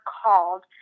called